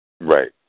Right